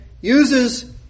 uses